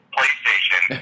PlayStation